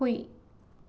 ꯍꯨꯏ